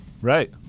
Right